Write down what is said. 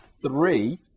three